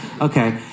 Okay